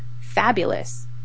fabulous